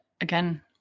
again